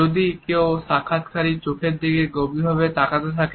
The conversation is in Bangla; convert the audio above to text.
যদি কেউ সাক্ষাৎকারকারীর চোখের দিকে গভীরভাবে তাকাতে থাকে